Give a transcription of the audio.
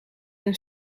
een